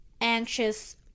anxious